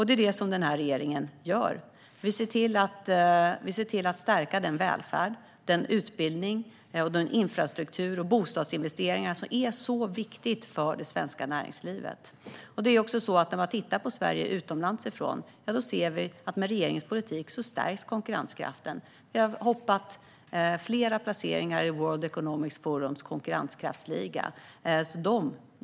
Det är det som den här regeringen gör. Vi ser till att stärka välfärd, utbildning, infrastruktur och bostadsinvesteringar - allt det som är så viktigt för det svenska näringslivet. När man tittar på Sverige utomlands ifrån ser man också att med regeringens politik stärks konkurrenskraften. Vi har hoppat upp flera placeringar i World Economic Forums konkurrenskraftsliga.